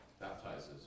baptizes